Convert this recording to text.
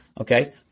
Okay